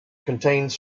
contains